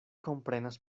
komprenas